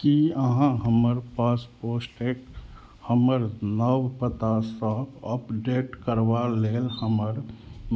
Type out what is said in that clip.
की अहाँ हमर पास हमर नव पतासँ अपडेट करबा लेल हमर